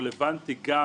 רלוונטי גם